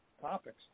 topics